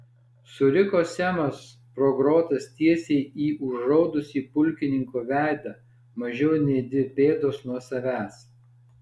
suriko semas pro grotas tiesiai į užraudusį pulkininko veidą mažiau nei dvi pėdos nuo savęs